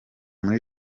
muri